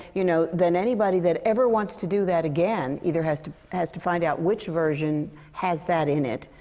you know, then anybody that ever wants to do that again either has to has to find out which version has that in it,